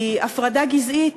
כי הפרדה גזעית,